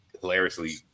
hilariously